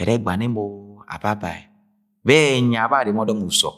ẹrẹ ẹgbana emo ababẹ bẹ ẹnya bẹ areme ọdọm usọ.